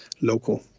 local